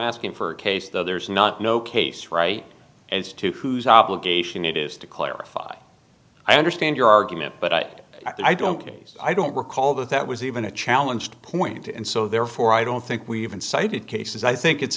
asking for case though there's not no case right as to who's obligation it is to clarify i understand your argument but i don't base i don't recall that that was even a challenge point and so therefore i don't think we even cited cases i think it's